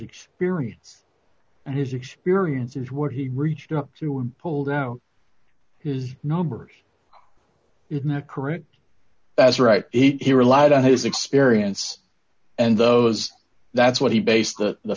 experience and his experiences where he reached up through and pulled out his numbers isn't that correct that's right it relied on his experience and those that's what he based that the